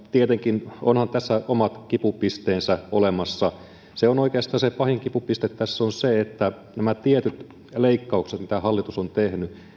tietenkin onhan tässä omat kipupisteensä olemassa oikeastaan se pahin kipupiste tässä on se että nämä tietyt leikkaukset mitä hallitus on tehnyt